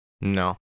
No